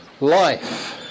life